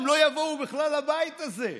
הם לא יבואו בכלל לבית הזה.